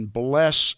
bless